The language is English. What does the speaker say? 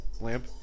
Lamp